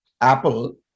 Apple